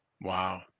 wow